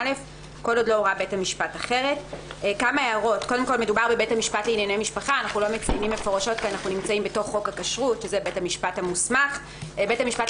רצח 27א. "(ב) (1) בית המשפט רשאי,